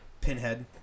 Pinhead